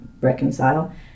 reconcile